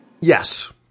Yes